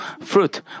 fruit